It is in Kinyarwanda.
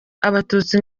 abatutsi